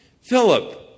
Philip